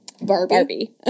barbie